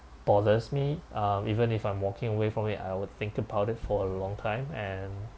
bothers me um even if I'm walking away from it I would think about it for a long time and